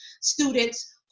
students